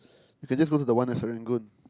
you can just go to the one at Serangoon